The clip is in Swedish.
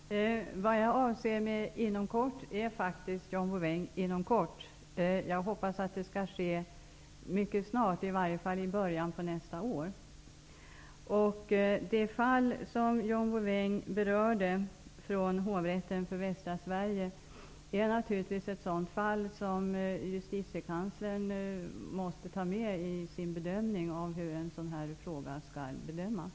Herr talman! Vad jag avser med inom kort är faktiskt, John Bouvin, inom kort. Jag hoppas att det skall ske mycket snart, i varje fall i början av nästa år. Det fall som John Bouvin berörde från Hovrätten för Västra Sverige är naturligtvis ett sådant fall som Justitiekanslern måste ta med i sin bedömning av hur en sådan fråga skall bedömas.